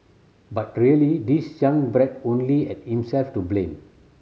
but really this young brat only had himself to blame